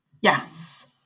yes